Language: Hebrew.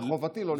זאת חובתי לא,